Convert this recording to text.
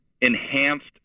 enhanced